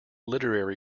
literary